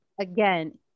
again